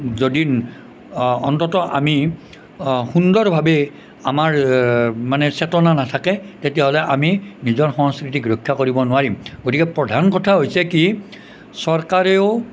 যদি অন্ততঃ আমি সুন্দৰভাৱে আমাৰ মানে চেতনা নাথাকে তেতিয়াহ'লে আমি নিজৰ সংস্কৃতিক ৰক্ষা কৰিব নোৱাৰিম গতিকে প্ৰধান কথা হৈছে কি চৰকাৰেও